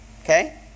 Okay